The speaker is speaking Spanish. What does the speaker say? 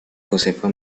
josefa